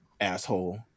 asshole